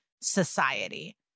society